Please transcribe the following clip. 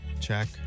Check